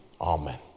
Amen